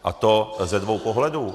A to ze dvou pohledů.